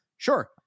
Sure